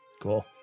cool